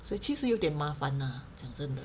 所以其实有点麻烦 lah 讲真的